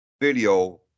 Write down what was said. video